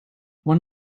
one